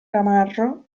ramarro